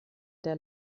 der